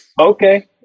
Okay